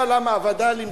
הווד"לים.